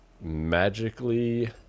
magically